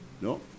No